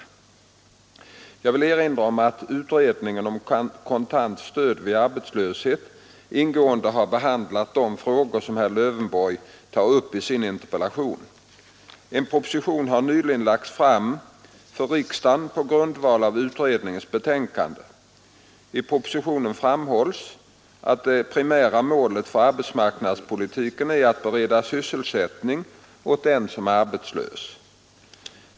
Jag vill erinra om att utredningen om kontant stöd vid arbetslöshet ingående har behandlat de frågor som herr Lövenborg tar upp i sin interpellation. En proposition har nyligen lagts fram för riksdagen på grundval av utredningens betänkande. I propositionen framhålls att det primära målet för arbetsmarknadspolitiken är att bereda sysselsättning åt den som är arbetslös.